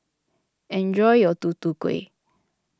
enjoy your Tutu Kueh